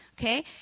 Okay